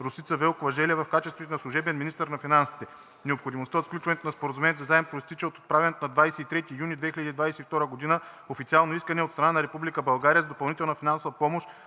Росица Велкова-Желева в качеството ѝ на служебен министър на финансите. Необходимостта от сключване на споразумението за заем произтича от отправеното на 23 юни 2022 г. официално искане от страна на Република България за допълнителна финансова помощ